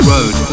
Road